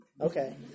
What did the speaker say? Okay